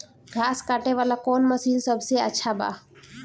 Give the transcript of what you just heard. घास काटे वाला कौन मशीन सबसे अच्छा बा?